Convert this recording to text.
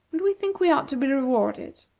and we think we ought to be rewarded.